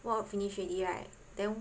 walk finish already right then